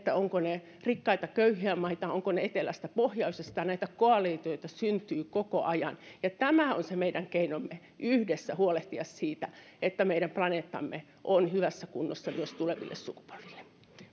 ovatko ne rikkaita vai köyhiä maita ovatko ne etelästä vai pohjoisesta näitä koalitioita syntyy koko ajan tämä on se meidän keinomme yhdessä huolehditaan siitä että meidän planeettamme on hyvässä kunnossa myös tuleville sukupolville